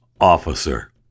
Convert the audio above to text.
Officer